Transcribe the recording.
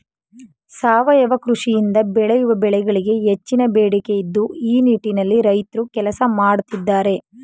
ಸಾವಯವ ಕೃಷಿಯಿಂದ ಬೆಳೆಯುವ ಬೆಳೆಗಳಿಗೆ ಹೆಚ್ಚಿನ ಬೇಡಿಕೆ ಇದ್ದು ಈ ನಿಟ್ಟಿನಲ್ಲಿ ರೈತ್ರು ಕೆಲಸ ಮಾಡತ್ತಿದ್ದಾರೆ